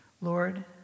Lord